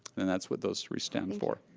and that's what those three stand for.